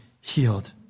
healed